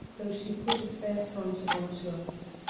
though she put a fair front on to us.